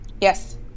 Yes